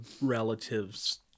relatives